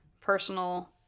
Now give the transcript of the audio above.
personal